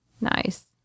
nice